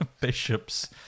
Bishop's